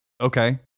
Okay